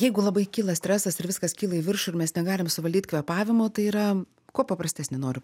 jeigu labai kyla stresas ir viskas kyla į viršų ir mes negalim suvaldyt kvėpavimo tai yra kuo paprastesnį noriu